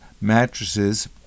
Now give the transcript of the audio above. mattresses